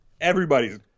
everybody's